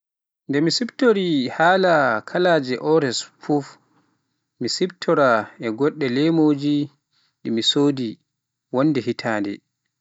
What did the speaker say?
Nde mi siftori haala kalaaje oraas fuf, mi siftora e goɗɗe lemuji ɗi sodi wonde hitande.